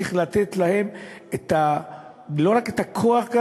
צריך לתת להן לא רק את הכוח,